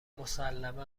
مسلما